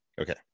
Okay